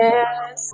Yes